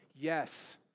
Yes